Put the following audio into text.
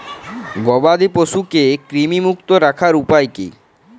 গবাদি পশুকে কৃমিমুক্ত রাখার উপায় কী?